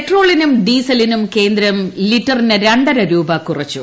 പെട്രോളിനും ഡീസലിനും കേന്ദ്രം ലിറ്ററിന് ര രരുപ കുറച്ചു